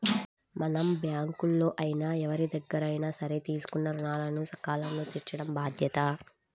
మనం బ్యేంకుల్లో అయినా ఎవరిదగ్గరైనా సరే తీసుకున్న రుణాలను సకాలంలో తీర్చటం బాధ్యత